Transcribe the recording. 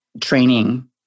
training